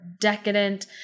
decadent